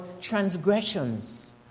transgressions